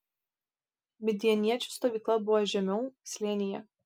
midjaniečių stovykla buvo žemiau slėnyje